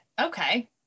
Okay